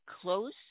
close